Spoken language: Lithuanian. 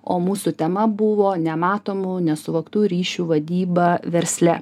o mūsų tema buvo nematomų nesuvoktų ryšių vadyba versle